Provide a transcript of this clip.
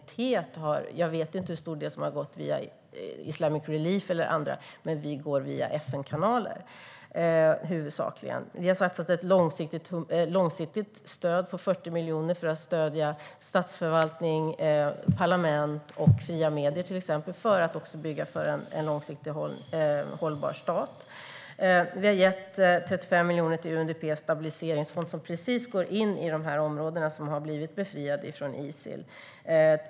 Jag vet inte hur stor del som har gått via Islamic Relief eller andra organisationer, men vi går huvudsakligen via FN-kanaler. Vi har fattat beslut om ett långsiktigt stöd på 40 miljoner för att stärka statsförvaltning, parlament och fria medier och också för att bygga upp en långsiktigt hållbar stat. Vi har gett 35 miljoner till UNDP:s stabiliseringsfond som går in i de områden som har blivit befriade från Isil.